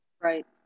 Right